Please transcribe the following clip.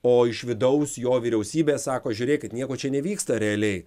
o iš vidaus jo vyriausybė sako žiūrėkit nieko čia nevyksta realiai